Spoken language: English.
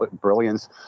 brilliance